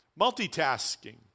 multitasking